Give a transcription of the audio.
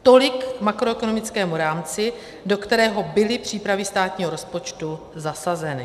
Tolik k makroekonomickému rámci, do kterého byly přípravy státního rozpočtu zasazeny.